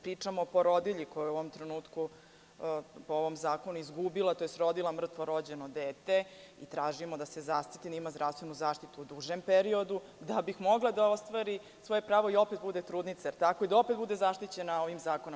Pričamo o porodilji koja u ovom trenutku, po ovom zakonu izgubila, odnosno rodila mrtvo rođeno dete i tražimo da se zaštiti i da ima zdravstvenu zaštitu u duže periodu da bi mogla da ostvari svoje pravo i opet bude trudnica i da opet bude zaštićena ovim zakonom.